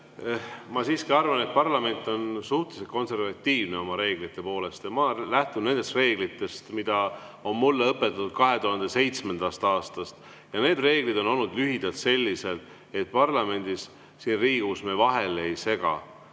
Ma siiski arvan, et parlament on suhteliselt konservatiivne oma reeglite poolest. Ma lähtun nendest reeglitest, mida on mulle õpetatud 2007. aastast. Ja need reeglid on olnud lühidalt sellised, et parlamendis, siin Riigikogus, me vahele ei sega.